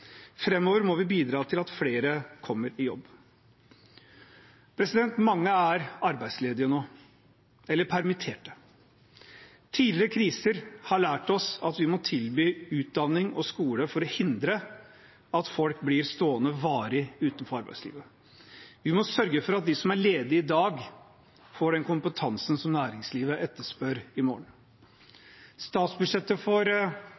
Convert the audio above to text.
må vi bidra til at flere kommer i jobb. Mange er nå arbeidsledige eller permittert. Tidligere kriser har lært oss at vi må tilby utdanning og skole for å hindre at folk blir stående varig utenfor arbeidslivet. Vi må sørge for at de som er ledige i dag, får den kompetansen som næringslivet etterspør i morgen. Statsbudsjettet for